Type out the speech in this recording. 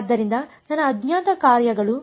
ಆದ್ದರಿಂದ ನನ್ನ ಅಜ್ಞಾತ ಕಾರ್ಯಗಳು ಮತ್ತು